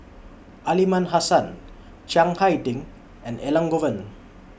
Aliman Hassan Chiang Hai Ding and Elangovan